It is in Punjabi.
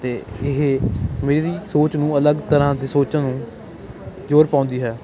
ਅਤੇ ਇਹ ਮੇਰੀ ਸੋਚ ਨੂੰ ਅਲੱਗ ਤਰ੍ਹਾਂ ਤੋਂ ਸੋਚਣ ਨੂੰ ਜ਼ੋਰ ਪਾਉਂਦੀ ਹੈ